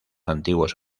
antiguos